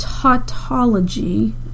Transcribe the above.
tautology